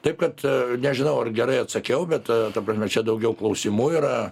taip kad nežinau ar gerai atsakiau bet ta prasme čia daugiau klausimų yra